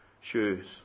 shoes